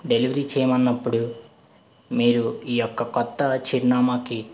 delivery చేయమన్నప్పుడు మీరు ఈ యొక్క కొత్త చిరునామాకి